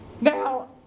Now